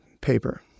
paper